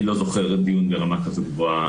אני לא זוכר דיון ברמה כזו גבוהה,